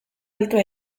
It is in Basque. altua